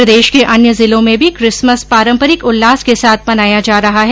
प्रदेश के अन्य जिलों में भी किसमस का पर्व पारम्परिक उल्लास के साथ मनाया जा रहा है